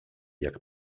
jak